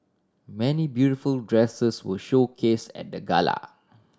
many beautiful dresses were showcase at the gala